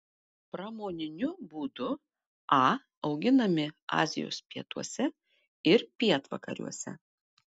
pramoniniu būdu a auginami azijos pietuose ir pietvakariuose